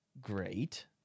great